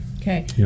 Okay